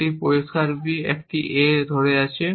একটি পরিষ্কার b একটি a ধরে আছে